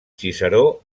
ciceró